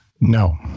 No